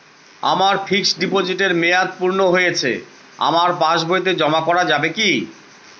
আমার ফিক্সট ডিপোজিটের মেয়াদ পূর্ণ হয়েছে আমার পাস বইতে জমা করা যাবে কি?